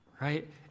right